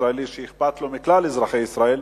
ישראלי שאכפת לו מכלל אזרחי ישראל: